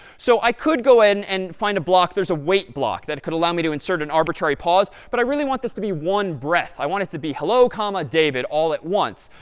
so i could go in and find a block there's a wait block that could allow me to insert an arbitrary pause. but i really want this to be one breath. i want it to be hello, comma, david, all at once.